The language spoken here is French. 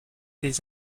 des